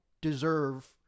deserve